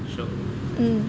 sure